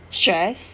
stres